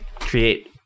create